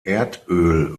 erdöl